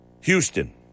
Houston